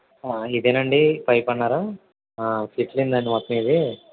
ఇదేనా అండి పైప్ అన్నారు చిట్లిందండి మొత్తం ఇది